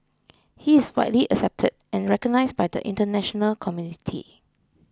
he is widely accepted and recognised by the international community